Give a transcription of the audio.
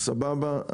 סבבה,